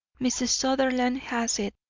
mrs. sutherland has it,